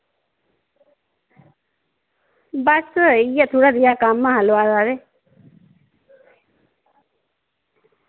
बस इयै थोह्ड़ा बहुत कम्म हा लुआए दा ते